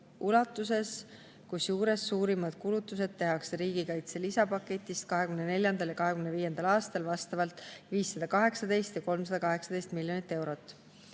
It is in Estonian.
ulatuses, kusjuures suurimad kulutused tehakse riigikaitse lisapaketis 2024. ja 2025. aastal vastavalt 518 ja 318 miljonit eurot.